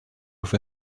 with